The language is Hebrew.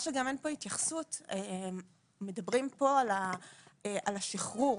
מדברים פה על השחרור.